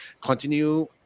continue